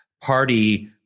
party